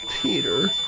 Peter